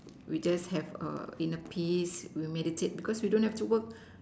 we just have inner peace we meditate because we don't have to work